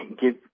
give